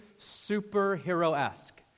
superhero-esque